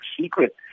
secret